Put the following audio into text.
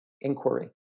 inquiry